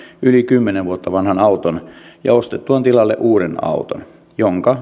yli kymmenen vuotta vanhan auton ja ostettuaan tilalle uuden auton jonka